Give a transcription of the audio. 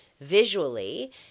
visually